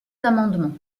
amendements